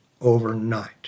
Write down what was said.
overnight